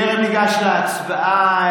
(חבר הכנסת שלמה קרעי יוצא מאולם המליאה.) טרם ניגש להצבעה,